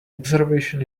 observation